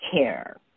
care